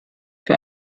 für